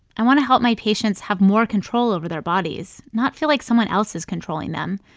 i want to help my patients have more control over their bodies, not feel like someone else is controlling them.